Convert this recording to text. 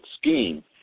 scheme